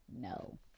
no